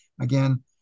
Again